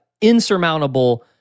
insurmountable